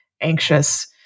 anxious